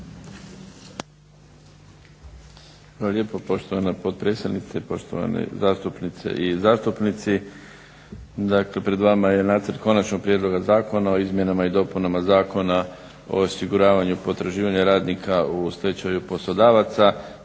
lijepa poštovana potpredsjednice. Poštovane zastupnice i zastupnici. Dakle pred vama je nacrt Konačno prijedloga zakona o izmjenama i dopunama Zakona o osiguravanju potraživanja radnika u slučaju stečaja poslodavca.